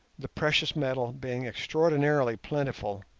the precious metal being extraordinarily plentiful.